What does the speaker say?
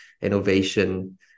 innovation